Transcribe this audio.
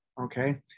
Okay